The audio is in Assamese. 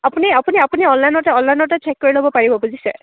আপুনি আপুনি আপুনি অনলাইনতে অনলাইনতে চেক কৰি ল'ব পাৰিব বুজিছে